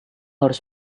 harus